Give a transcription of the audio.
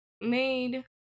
made